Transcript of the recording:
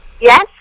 Yes